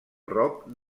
rock